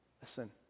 Listen